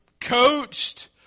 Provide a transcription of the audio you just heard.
coached